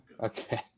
Okay